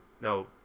no